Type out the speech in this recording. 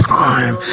time